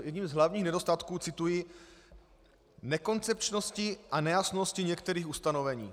Jedním z hlavních nedostatků cituji nekoncepčnosti a nejasnosti některých ustanovení.